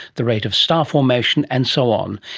the rate of star formation and so on.